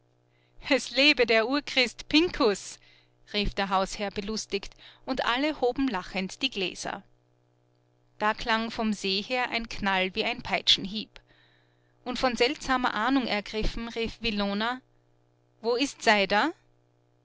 es lebe der urchrist pinkus rief der hausherr belustigt und alle hoben lachend die gläser da klang vom see her ein knall wie ein peitschenhieb und von seltsamer ahnung ergriffen rief villoner wo ist seider